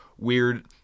weird